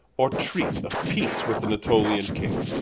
or treat of peace with the natolian king.